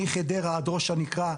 מחדרה עד ראש הנקרה,